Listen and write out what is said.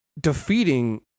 defeating